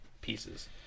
Pieces